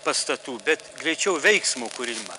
pastatų bet greičiau veiksmo kūrimą